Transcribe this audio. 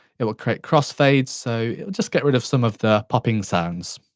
it will create cross fades, so it will just get rid of some of the popping sounds.